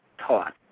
taught